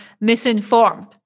misinformed